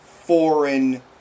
foreign